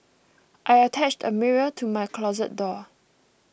I attached a mirror to my closet door